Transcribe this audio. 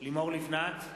לימור לבנת,